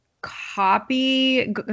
copy